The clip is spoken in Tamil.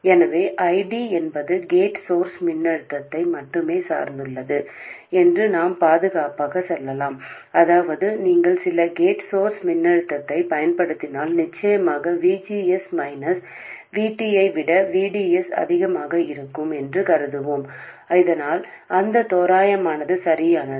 எனவே I D என்பது கேட் சோர்ஸ் மின்னழுத்தத்தை மட்டுமே சார்ந்துள்ளது என்று நாம் பாதுகாப்பாகச் சொல்லலாம் அதாவது நீங்கள் சில கேட் சோர்ஸ் மின்னழுத்தத்தைப் பயன்படுத்தினால் நிச்சயமாக V G S minus V T ஐ விட V D S அதிகமாக இருக்கும் என்று கருதுவோம் இதனால் இந்த தோராயமானது சரியானது